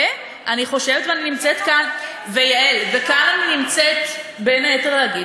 ואני חושבת, ואני נמצאת כאן, איפה זכות